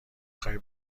خوای